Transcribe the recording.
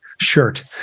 shirt